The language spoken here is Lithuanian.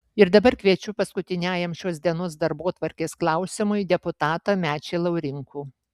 ir dabar kviečiu paskutiniajam šios dienos darbotvarkės klausimui deputatą mečį laurinkų